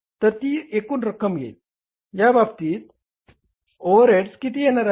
तर ती एकूण रक्कम येईल या बाबतीत ओव्हरहेड्स किती येणार आहे